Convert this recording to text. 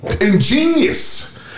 Ingenious